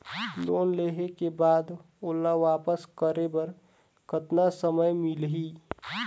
Loan लेहे के बाद ओला वापस करे बर कतना समय मिलही?